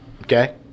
Okay